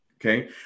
Okay